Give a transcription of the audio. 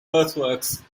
earthworks